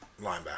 linebacker